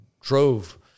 drove